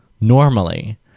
normally